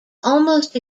almost